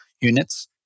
units